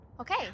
Okay